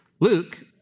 Luke